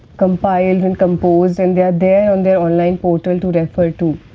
compiled and composed. and, they are there on their online portal to refer to.